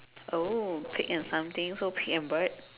oh pig and something so pig and bird